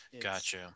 gotcha